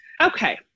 Okay